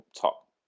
top